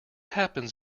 happens